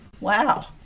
Wow